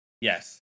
Yes